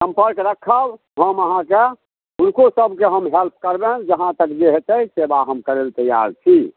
सम्पर्क राखब हम अहाँके हुनको सबके हम हेल्प करबनि जहाँ तक जे हेतै से सेवा हम करै लए तैयार छी